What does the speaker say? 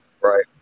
Right